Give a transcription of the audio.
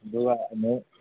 ꯑꯗꯨꯒ ꯑꯃꯨꯛ